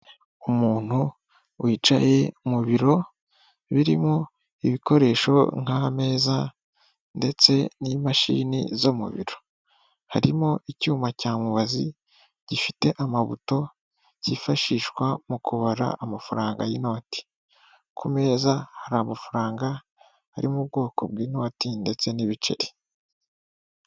Umuntu wicaye mu biro birimo ibikoresho nk'ameza ndetse n'imashini zo mu biro, harimo icyuma cya mubazi, gifite amabuto cyifashishwa mu kubara amafaranga y'inoki. Ku meza hari amafaranga ari mu bwoko bw'inoti ndetse n'ibiceri.